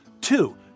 Two